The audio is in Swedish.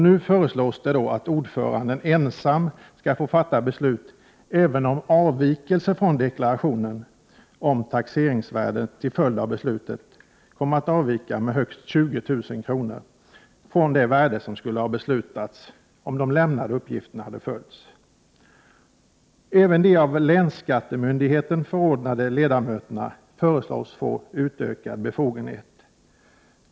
Nu föreslås det alltså att ordföranden ensam skall få fatta beslut som innefattar avvikelse från deklarationen, om taxeringsvärdet till följd av beslutet kommer att avvika med högst 20 000 kr. från det värde som skulle ha beslutats om de lämnade uppgifterna hade följts. Även de av länsskattemyndigheten förordnade ledamöterna föreslås få en utökad befogenhet.